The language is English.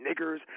niggers